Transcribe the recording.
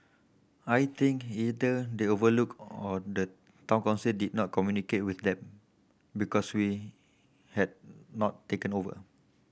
I think either they overlooked or the Town Council did not communicate with them because we had not taken over